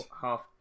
half